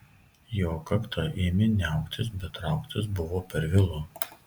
jo kakta ėmė niauktis bet trauktis buvo per vėlu